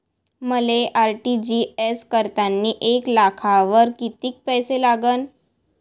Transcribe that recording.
मले आर.टी.जी.एस करतांनी एक लाखावर कितीक पैसे लागन?